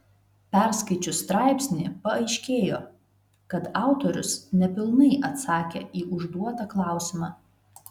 perskaičius straipsnį paaiškėjo kad autorius nepilnai atsakė į užduotą klausimą